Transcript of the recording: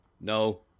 no